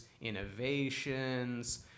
innovations